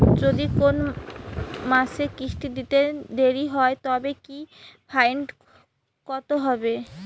যদি কোন মাসে কিস্তি দিতে দেরি হয় তবে কি ফাইন কতহবে?